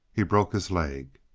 he broke his leg.